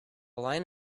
line